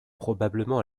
probablement